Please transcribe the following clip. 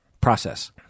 process